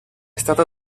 stata